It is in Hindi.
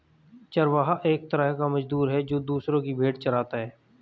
चरवाहा एक तरह का मजदूर है, जो दूसरो की भेंड़ चराता है